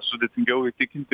sudėtingiau įtikinti